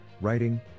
writing